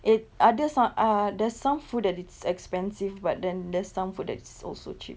it others are ah there's some food that is expensive but then there's some food that is also cheap